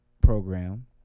program